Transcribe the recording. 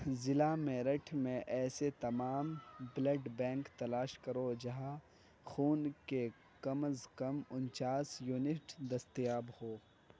ضلع میرٹھ میں ایسے تمام بلڈ بینک تلاش کرو جہاں خون کے کم از کم انچاس یونٹ دستیاب ہوں